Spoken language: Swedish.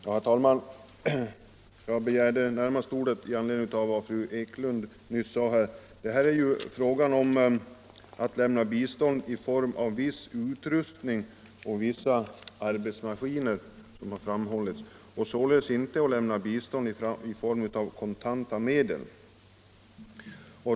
Herr talman! Jag begärde ordet närmast i anledning av vad fru Ekelund nyss sade. Här är det fråga om att lämna bistånd i form av viss utrustning och vissa arbetsmaskiner, således inte i form av kontanta medel.